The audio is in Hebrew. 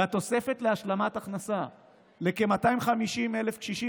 והתוספת להשלמת הכנסה לכ-250,000 קשישים